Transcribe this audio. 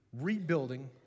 rebuilding